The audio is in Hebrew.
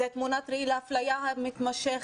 זאת תמונת ראי להפליה המתמשכת,